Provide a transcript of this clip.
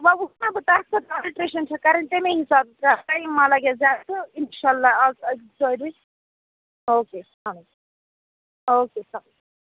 وَنۍ وٕچھ نہ بہٕ تَتھ کۄس آلٹرٛیٚشٮ۪ن چھِ کَرٕنۍ تَمے حِساب ٹایِم مَہ لَگیٚس زیادٕ تہٕ اِنشاء اَللّہ آز أنِو ژورِ بَجہِ اوکے السلام علیکُم اوکے السلام علیکُم